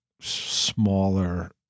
smaller